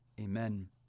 Amen